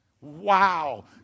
Wow